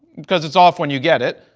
because it's off when you get it.